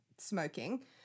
smoking